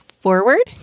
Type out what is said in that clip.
forward